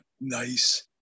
nice